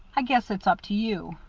i guess it's up to you.